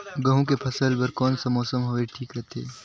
गहूं के फसल बर कौन सा मौसम हवे ठीक रथे?